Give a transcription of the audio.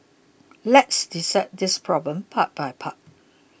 let's dissect this problem part by part